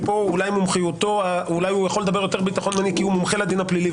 ופה אולי הוא יכול לדבר יותר בביטחון ממני כי הוא מומחה לדין הפלילי,